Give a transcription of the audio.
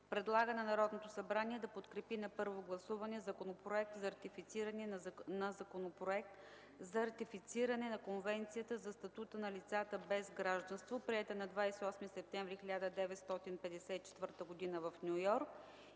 Предлага на Народното събрание да подкрепи на първо гласуване Законопроект за ратифициране на Конвенцията за статута на лицата без гражданство, приета на 28 септември 1954 г. в Ню Йорк,